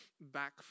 back